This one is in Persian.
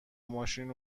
ماشین